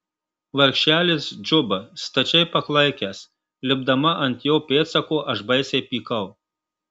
vargšelis džuba stačiai paklaikęs lipdama ant jo pėdsako aš baisiai pykau